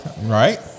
Right